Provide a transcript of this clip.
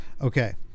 Okay